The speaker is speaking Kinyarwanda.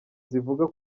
zivuga